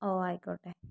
ഓ ആയിക്കോട്ടെ